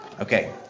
Okay